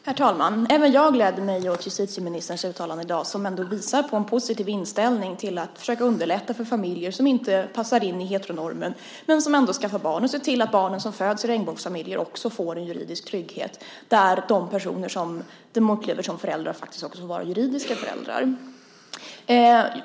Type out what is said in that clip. Herr talman! Även jag gläder mig åt justitieministerns uttalanden i dag. De visar på en positiv inställning till att försöka underlätta för familjer som inte passar in i heteronormen men som ändå skaffar barn och till att barnen som föds i regnbågsfamiljer också ska få en juridisk trygghet där de personer som de upplever som föräldrar faktiskt också får vara juridiska föräldrar.